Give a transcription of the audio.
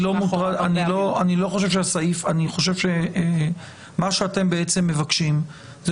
אני חושב שמה שאתם בעצם מבקשים זה